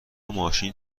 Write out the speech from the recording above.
ماشین